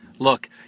Look